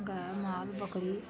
गाय माल बकरी